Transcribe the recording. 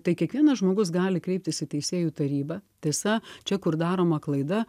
tai kiekvienas žmogus gali kreiptis į teisėjų tarybą tiesa čia kur daroma klaida